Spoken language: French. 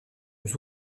aux